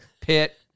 Pitt